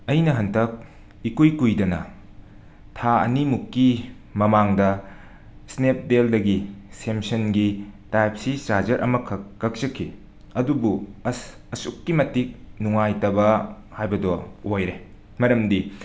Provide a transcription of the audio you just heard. ꯑꯩꯅ ꯍꯟꯇꯛ ꯏꯀꯨꯏ ꯀꯨꯏꯗꯅ ꯊꯥ ꯑꯅꯤꯃꯨꯛꯀꯤ ꯃꯃꯥꯡꯗ ꯁ꯭ꯅꯦꯞꯗꯦꯜꯗꯒꯤ ꯁꯝꯁꯪꯒꯤ ꯇꯥꯏꯞ ꯁꯤ ꯆꯥꯔꯖꯔ ꯑꯃꯈꯛ ꯀꯛꯆꯈꯤ ꯑꯗꯨꯕꯨ ꯑꯁ ꯑꯁꯨꯛꯀꯤ ꯃꯇꯤꯛ ꯅꯨꯉꯥꯏꯇꯕ ꯍꯥꯏꯕꯗꯣ ꯑꯣꯏꯔꯦ ꯃꯔꯝꯗꯤ